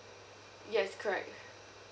yes correct